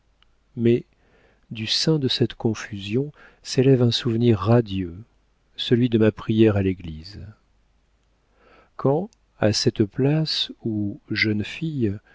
mais du sein de cette confusion s'élève un souvenir radieux celui de ma prière à l'église quand à cette place où jeune fille